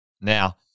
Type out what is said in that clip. Now